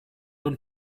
und